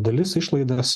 dalis išlaidas